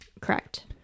Correct